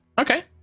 Okay